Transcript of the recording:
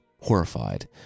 horrified